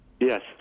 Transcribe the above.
Yes